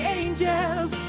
angels